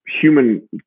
human